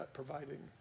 providing